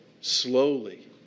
slowly